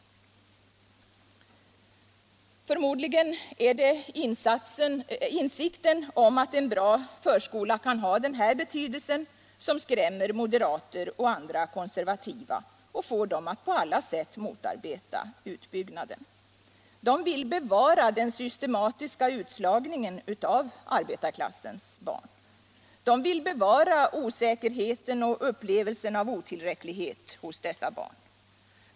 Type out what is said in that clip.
Förmodligen är det insikten om att en bra förskola kan ha den betydelsen som skrämmer moderater och andra konservativa och får dem att på alla sätt motarbeta utbyggnaden. De vill bevara den systematiska utslagningen av arbetarklassens barn. De vill bevara osäkerheten och upplevelsen av otillräcklighet hos dessa barn.